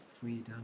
freedom